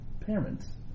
parents